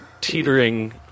teetering